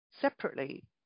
separately